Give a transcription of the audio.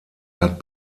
hat